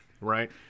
right